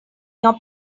your